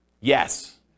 Yes